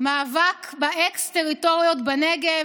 מאבק באקס-טריטוריות בנגב,